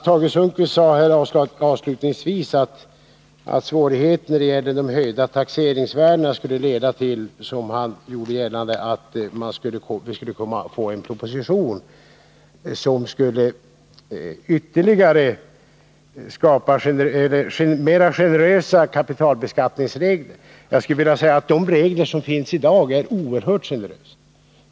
Tage Sundkvist sade avslutningsvis att svårigheterna när det gällde de höjda taxeringsvärdena skulle leda till en proposition med förslag till mera generösa kapitalbeskattningsregler. Jag skulle vilja säga att de regler som i dag gäller är oerhört generösa.